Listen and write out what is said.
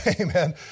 Amen